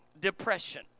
depression